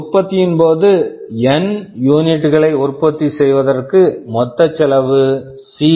உற்பத்தியின் போது என் N யூனிட் unit களை உற்பத்தி செய்வதற்கு மொத்த செலவு சி